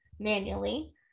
manually